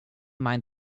mind